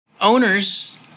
Owners